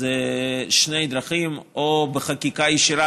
אלו שתי דרכים: או בחקיקה ישירה,